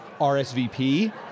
RSVP